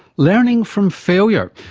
learning from failure.